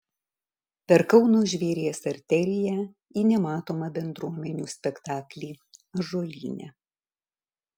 per kauno žvėries arteriją į nematomą bendruomenių spektaklį ąžuolyne